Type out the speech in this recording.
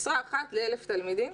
משרה אחת ל-1,000 תלמידים.